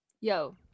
yo